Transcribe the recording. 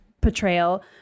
portrayal